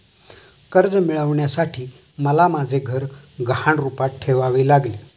कर्ज मिळवण्यासाठी मला माझे घर गहाण रूपात ठेवावे लागले